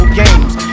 games